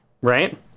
Right